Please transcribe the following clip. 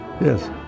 Yes